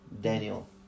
Daniel